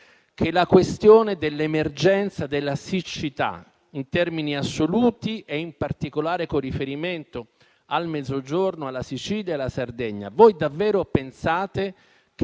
che, sulla questione dell'emergenza e della siccità in termini assoluti, e in particolare con riferimento al Mezzogiorno, alla Sicilia e alla Sardegna, con questo